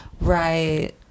right